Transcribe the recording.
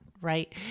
Right